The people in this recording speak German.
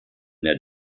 der